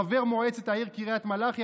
חבר מועצת העיר קריית מלאכי,